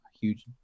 huge